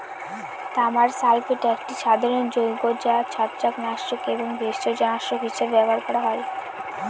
তামার সালফেট একটি সাধারণ যৌগ যা ছত্রাকনাশক এবং ভেষজনাশক হিসাবে ব্যবহার করা হয়